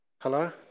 Hello